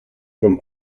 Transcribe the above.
from